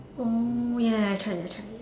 oh ya ya I tried it I tried it